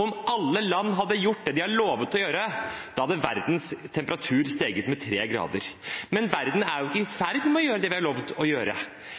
Om alle land hadde gjort det de har lovet å gjøre, hadde verdens temperatur steget med tre grader. Men verden er jo ikke i ferd med å gjøre